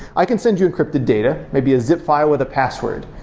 i can send you encrypted data, maybe a zip file with a password,